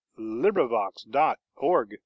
LibriVox.org